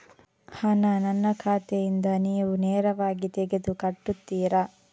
ಹಣ ನನ್ನ ಖಾತೆಯಿಂದ ನೀವು ನೇರವಾಗಿ ತೆಗೆದು ಕಟ್ಟುತ್ತೀರ?